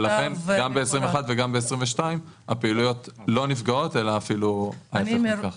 ולכן גם ב-2021 וגם ב-2022 הפעילויות לא נפגעות אלא אפילו ההיפך מכך.